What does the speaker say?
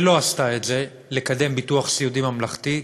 ולא עשתה את זה, לקדם ביטוח סיעודי ממלכתי,